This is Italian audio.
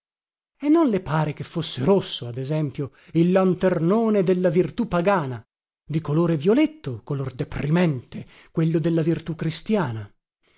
e non le pare che fosse rosso ad esempio il lanternone della virtù pagana di color violetto color deprimente quello della virtù cristiana